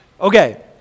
Okay